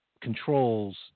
controls